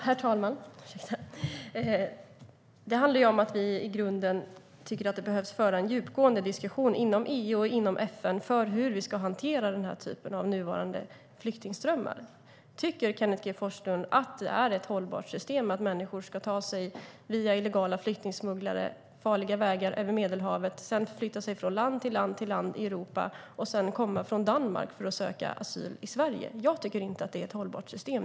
Herr talman! Det handlar om att vi i grunden tycker att det behöver föras en djupgående diskussion inom EU och inom FN om hur vi ska hantera den typ av flyktingströmmar som vi ser för närvarande. Tycker Kenneth G Forslund att det är ett hållbart system att människor ska ta sig via illegala flyktingsmugglare på farliga vägar över Medelhavet för att sedan förflytta sig från land till land i Europa och till sist komma från Danmark för att söka asyl i Sverige? Jag tycker inte att det är ett hållbart system.